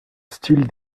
style